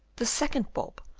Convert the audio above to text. the second bulb,